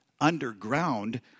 underground